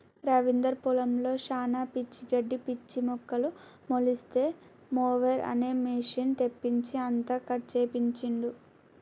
రవీందర్ పొలంలో శానా పిచ్చి గడ్డి పిచ్చి మొక్కలు మొలిస్తే మొవెర్ అనే మెషిన్ తెప్పించి అంతా కట్ చేపించిండు